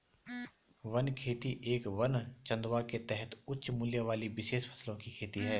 one खेती एक वन चंदवा के तहत उच्च मूल्य वाली विशेष फसलों की खेती है